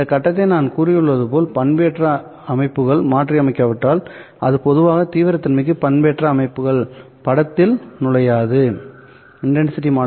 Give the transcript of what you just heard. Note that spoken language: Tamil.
இந்த கட்டத்தை நான் கூறியது போல் பண்பேற்றம் அமைப்புகள் மாற்றியமைக்காவிட்டால் அது பொதுவாக தீவிரத்தன்மைக்கு பண்பேற்றம் அமைப்புகள் படத்தில் நுழையாது